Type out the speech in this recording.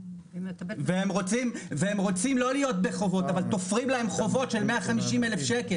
והם רוצים לא להיות בחובות אבל תופרים להם חובות של 150,000 שקל,